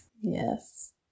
Yes